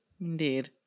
indeed